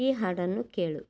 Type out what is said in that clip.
ಈ ಹಾಡನ್ನು ಕೇಳು